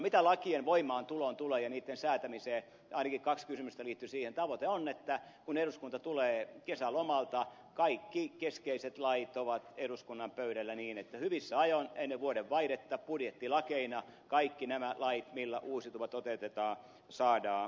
mitä lakien voimaantuloon tulee ja niitten säätämiseen ainakin kaksi kysymystä liittyi siihen tavoite on että kun eduskunta tulee kesälomalta kaikki keskeiset lait ovat eduskunnan pöydällä niin että hyvissä ajoin ennen vuodenvaihdetta kaikki nämä lait millä uusiutuva toteutetaan saadaan budjettilakeina voimaan